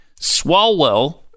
Swalwell